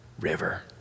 River